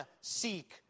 seek